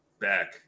back